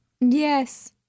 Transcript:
yes